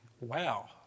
Wow